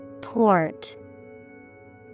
port